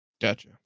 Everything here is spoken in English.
Gotcha